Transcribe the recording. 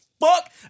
Fuck